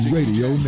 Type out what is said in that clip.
Radio